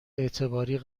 اعتباری